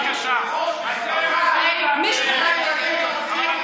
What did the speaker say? בבקשה, אתם אומרים את דעתכם.